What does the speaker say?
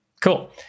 Cool